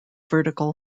vertical